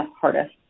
hardest